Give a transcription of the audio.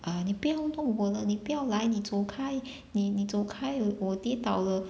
ah 你不要弄我了你不要来你走开你你走开我跌倒了